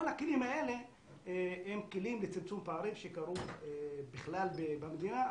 כל הכלים האלה הם כלים לצמצום פערים שקרו בכלל במדינה,